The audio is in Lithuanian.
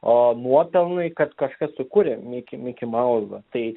a nuopelnai kad kažkas sukūrė miki mikimauzą tai